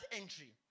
entry